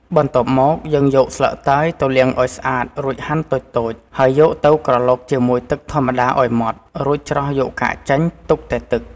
បន្ទាប់មក យើងយកស្លឹកតើយទៅលាងឱ្យស្អាត រួចហាន់តូចៗ ហើយយកទៅក្រឡុកជាមួយទឹកធម្មតាឱ្យម៉ដ្ឋ រួចច្រោះយកកាកចេញ ទុកតែទឹក។